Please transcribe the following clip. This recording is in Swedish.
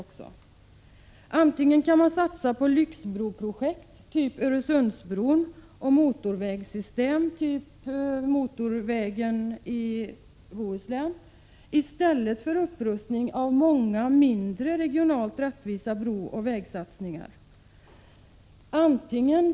Man kan satsa på lyxbroprojekt typ Öresundsbron och motorvägssystem typ motorvägen i Bohuslän i stället för på många mindre, regionalt rättvisa brooch vägupprustningar.